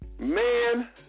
Man